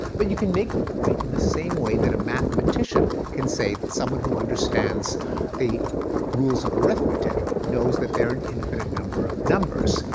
but you can make the point in the same way that a mathematician can say that someone who understands the rules of arithmetic knows that there are an infinite number of numbers,